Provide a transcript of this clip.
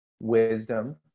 wisdom